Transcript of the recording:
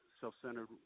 self-centered